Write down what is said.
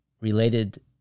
related